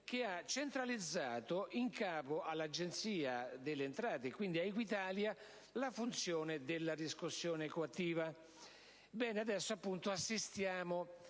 che ha centralizzato in capo all'Agenzia delle entrate e quindi ad Equitalia la funzione della riscossione coattiva. Oggi assistiamo